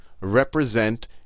represent